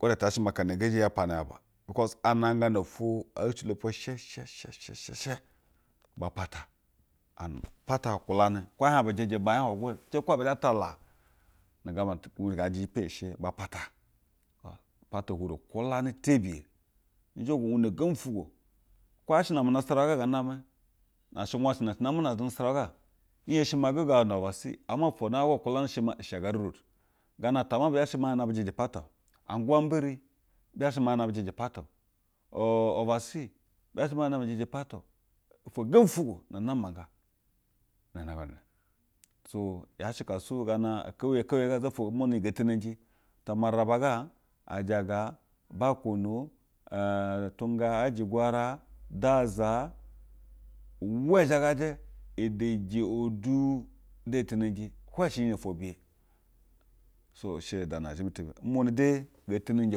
Wɛ tɛ ti yaa shɛ akana ngee zhe a pana buc kos anangana ofwo oshilo ofwo shɛshɛshɛshɛ shɛ ba pata and pata nkwulanɛ, kwo ɛɛ hiɛg bɛjɛjɛ maa ɛ hieg hwuyɛ go ce ku-g abɛ zhɛ tala? Nu gambe tu ngaa jɛjɛ pe shɛ ba pata. Pata hwuri nkwalanɛ tebiye. Nzhogogo uu na gembi fwugwo kwo yaa shɛ na amɛ nasarawa ga ngaa namɛ, na shɛngwuwa shɛ na shɛ namɛ na nasarawa ga. Nhenshe maa ngɛgawa na oversea, ama ofwo na hwuyɛ go nkwulanɛ shɛ maa ushagari road. Gana tammah bɛ zha shɛ ma ana bɛjɛjɛ apata angwan biri bɛ zha shɛ ma ana bɛjɛj pata u u oversea bɛ zha shɛ ma ana bɛjɛjɛ pata o ofwo gembi ofwugwo na namanga ngaa nangana so, yaa she kaa so gana kewuye kewuye ga za ofwo namba ngee tenenji, tu mararaba gaa, ajaga bokono, ɛn, utunga, ajigwaro, daza uwa zhagajɛ. Edeje, odu de nteneji hwɛ shɛ ofwo biye. Sa ishɛ da na zhɛmɛ tebiye. Nmunɛ de ngee teneji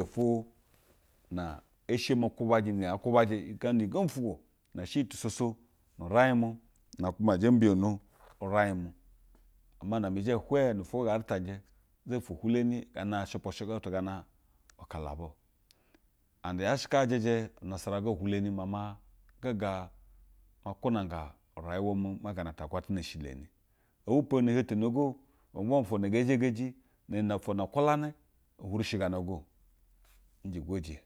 ofwo na eshe mi kwubajɛ iyi nɛ yaa kwubajɛ gana iyi gembi ufwugwo nɛ shɛ iyi tusosa nu urai-g mu, na kuma zhɛ mbiyono uraig mu. Ama na amaɛ ijɛ hwɛɛ na afwa ga ngaa nɛtanjɛ za ofwo ahwuleni gana shɛpwu uutu ga gana ukalaba o. And yaa shɛ kaa ajɛjɛ unasarawa nhiuteni maa ma gɛga, ma kwuunanga urayɛwa mu ma gaa na ta agwatana nshileni o obu pwo hetene go uwɛ maa ofwo na ngee zhegeji, ni iyi nɛ ofwo na nkwulenɛ uhwuri shi gana go. Njɛ gwoje.